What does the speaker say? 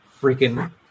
freaking